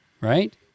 Right